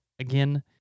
Again